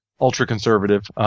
ultra-conservative